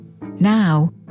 Now